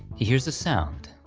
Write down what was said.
he hears a sound,